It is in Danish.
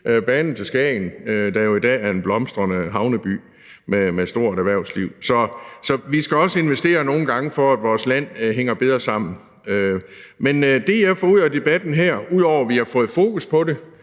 banen til Skagen, der i dag er en blomstrende havneby med et stort erhvervsliv, har jo faktisk været en succes. Så vi skal nogle gange også investere, for at vores land hænger bedre sammen. Men det, jeg får ud af debatten her, ud over at vi har fået fokus på det,